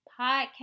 podcast